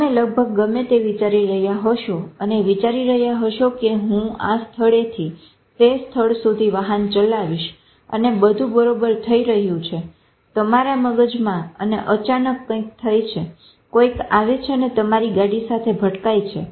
તમે લગભગ ગમે તે વિચારી રહ્યા હશો અને વિચારી રહ્યા હશો કે હું આ સ્થળે થી તે સ્થળ સુધી વાહન ચલાવિશ અને બધું બરોબર થઇ રહ્યું છે તમારા મગજમાં અને અચાનક કંઈક થાય છે કોઈક આવે છે અને તમારી ગાડી સાથે ભટકાય છે